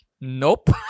Nope